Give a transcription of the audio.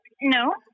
No